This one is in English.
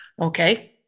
Okay